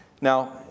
Now